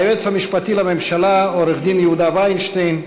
היועץ המשפטי לממשלה עורך-דין יהודה וינשטיין,